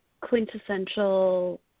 quintessential